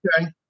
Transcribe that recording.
okay